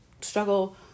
struggle